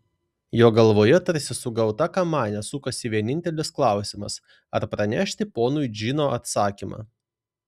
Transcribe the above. jo galvoje tarsi sugauta kamanė sukosi vienintelis klausimas ar pranešti ponui džino atsakymą